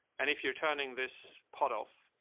and if you're turning this pot off,